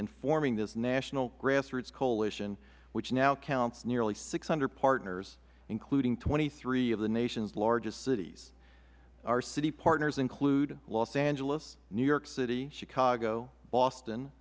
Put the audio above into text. in forming this national grassroots coalition which now counts six hundred partners including twenty three of the nation's largest cities our city partners include los angeles new york city chicago boston